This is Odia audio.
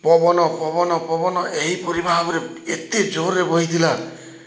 ପବନ ପବନ ପବନ ଏହିପରି ଭାବରେ ଏତେ ଜୋର୍ରେ ବୋହିଥିଲା